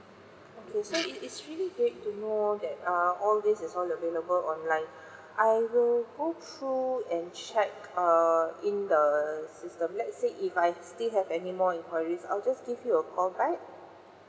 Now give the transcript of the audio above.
okay so it it's really great to know that err all this is all available online I will go through and check err in the system let's say if I still have any more enquiries I'll just give you a call right